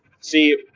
See